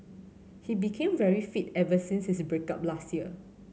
he became very fit ever since his break up last year